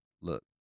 look